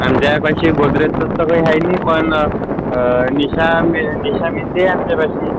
आमच्यापाशी गोदरेजचं सगळं आहे ना पण निशा निशा मेहंदी आहे आमच्यापाशी